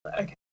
Okay